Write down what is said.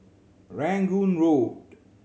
Rangoon Road